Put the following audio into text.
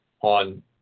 on